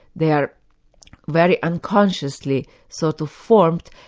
they are very unconsciously sort of formed.